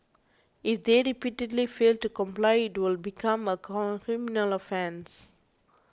if they repeatedly fail to comply it will become a criminal offence